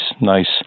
nice